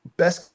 best